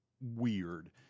weird